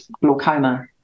glaucoma